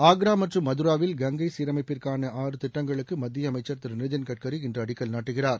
ஆக்ரா மற்றும் மதராவில் கங்கை சீரமைப்பிற்கான ஆறு திட்டங்களுக்கு மத்திய அமைச்சா் திரு நிதின் கட்கரி இன்று அடிக்கல் நாட்டுகிறார்